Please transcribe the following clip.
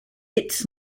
its